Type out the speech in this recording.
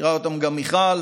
מכירה אותם גם מיכל,